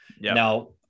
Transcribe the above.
Now